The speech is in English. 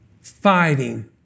fighting